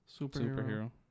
Superhero